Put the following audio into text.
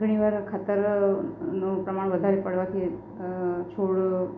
ઘણીવાર ખાતર નો પ્રમાણ વધારે પડવાથી છોડ